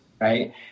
Right